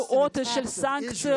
בה היא לעצור את המאמצים לדה-לגיטימציה